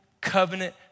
covenant